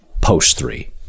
post-three